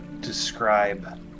describe